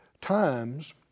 times